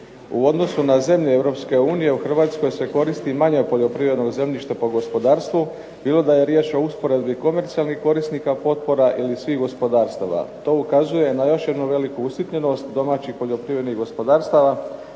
U odnosu na zemlje EU u Hrvatskoj se koristi manje poljoprivrednog zemljišta po gospodarstvu bilo da je riječ o usporedbi komercijalnih korisnika potpora ili svih gospodarstava. To ukazuje na još jednu veliku usitnjenost domaćih poljoprivrednih gospodarstava